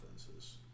offenses